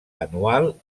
anual